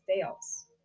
fails